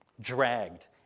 dragged